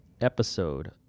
episode